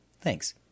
Thanks